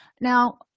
Now